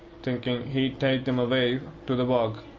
thinking he'd take them away to the bog.